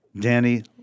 Danny